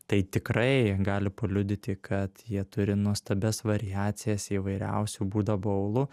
tai tikrai gali paliudyti kad jie turi nuostabias variacijas įvairiausių būda boulų